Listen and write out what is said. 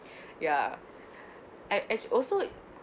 ya I I also